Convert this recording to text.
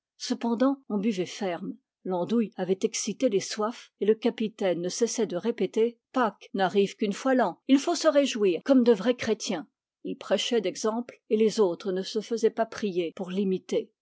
cependant on buvait ferme l'andouille avait excité les soifs et le capitaine ne cessait de répéter pâques n'arrive qu'une fois l'an ti faut se réjouir comme de vrais chrétiens il prêchait d'exemple et les autres ne se faisaient pas prier pour l'imiter